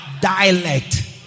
dialect